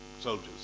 soldiers